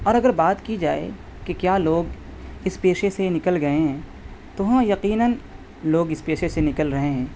اور اگر بات کی جائے کہ کیا لوگ اس پیشے سے نکل گیے ہیں تو ہاں یقیناً لوگ اس پیشے سے نکل رہے ہیں